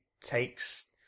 takes